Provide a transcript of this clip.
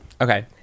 Okay